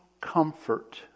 comfort